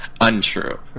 untrue